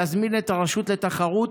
להזמין את הרשות לתחרות,